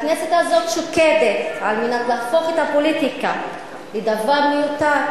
הכנסת הזאת שוקדת על מנת להפוך את הפוליטיקה לדבר מיותר